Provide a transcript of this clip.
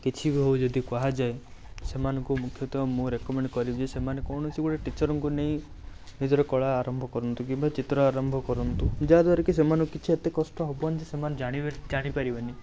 କିଛି ବି ହେଉ ଯଦି କୁହାଯାଏ ସେମାନଙ୍କୁ ମୁଖ୍ୟତଃ ମୁଁ ରେକମେଣ୍ଡ କରିବି କୌଣସି ଗୋଟେ ଟିଚରଙ୍କୁ ନେଇ ନିଜର କଳା ଆରମ୍ଭ କରନ୍ତୁ କିମ୍ବା ଚିତ୍ର ଆରମ୍ଭ କରନ୍ତୁ ଯାହାଦ୍ୱାରାକି ସେମାନଙ୍କୁ କିଛି ଏତେ କଷ୍ଟ ହେବନି ଯେ ସେମାନେ ଜାଣିବେ ଜାଣି ପାରିବେନି